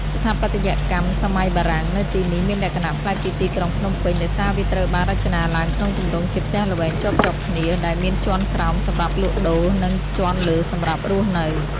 ស្ថាបត្យកម្មសម័យបារាំងនៅទីនេះមានលក្ខណៈប្លែកពីទីក្រុងភ្នំពេញ ដោយសារវាត្រូវបានរចនាឡើងក្នុងទម្រង់ជាផ្ទះល្វែងជាប់ៗគ្នា ដែលមានជាន់ក្រោមសម្រាប់លក់ដូរ និងជាន់លើសម្រាប់រស់នៅ។